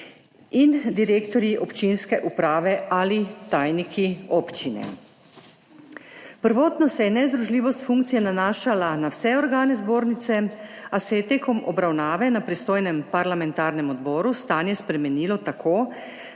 in direktorji občinske uprave ali tajniki občine. Prvotno se je nezdružljivost funkcije nanašala na vse organe Zbornice, a se je tekom obravnave na pristojnem parlamentarnem odboru stanje spremenilo tako,